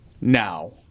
now